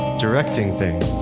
directing things.